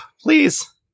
please